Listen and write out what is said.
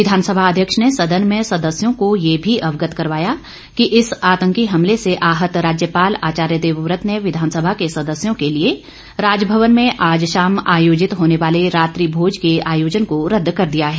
विधानसभा अध्यक्ष ने सदन में सदस्यों को यह भी अवगत करवाया कि इस आंतकी हमले से आहत राज्यपाल आचार्य देवव्रत ने विधानसभा के सदस्यों के लिए राजभवन में आज शाम आयोजित होने वाले रात्रि भोज के आयोजन को रद्द कर दिया है